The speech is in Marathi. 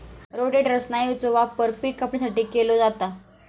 रोटेटर स्नायूचो वापर पिक कापणीसाठी केलो जाता